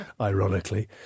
ironically